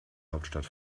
hauptstadt